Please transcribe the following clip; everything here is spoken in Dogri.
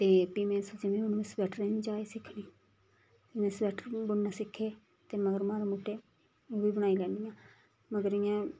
ते फ्ही में सोचेआ में हून स्वैटरें दी बी जाच सिक्खनी में स्वैटर बी बुनना सिक्खे ते मगर माड़े मुट्टे ओह् बी बनाई लैन्नी आं मगर इ'यां